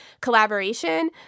collaboration